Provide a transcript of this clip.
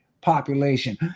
population